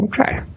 Okay